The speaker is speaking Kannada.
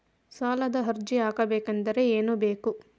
ಸಾಲದ ಅರ್ಜಿ ಹಾಕಬೇಕಾದರೆ ಏನು ಬೇಕು?